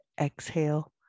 Exhale